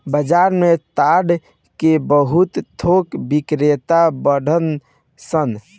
बाजार में ताड़ के बहुत थोक बिक्रेता बाड़न सन